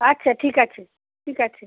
আচ্ছা ঠিক আছে ঠিক আছে